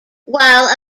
while